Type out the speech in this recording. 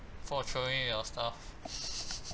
for throwing your stuff